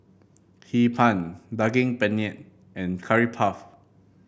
Hee Pan Daging Penyet and Curry Puff